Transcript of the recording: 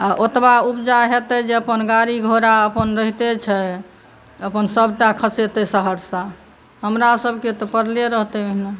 आ ओतबा उपजा हेतै जे अपन गाड़ी घोड़ा अपन रहिते छै अपन सभटा ख़सितै सहरसा हमरासभके तऽ परले रहतै ओहिना